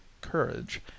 courage